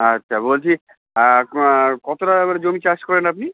আচ্ছা বলছি আপনার কতো টাকা করে জমি চাষ করেন আপনি